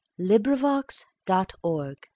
LibriVox.org